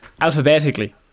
Alphabetically